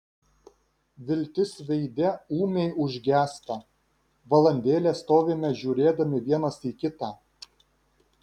viltis veide ūmiai užgęsta valandėlę stovime žiūrėdami vienas į kitą